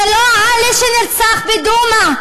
זה לא עלי שנרצח בדומא,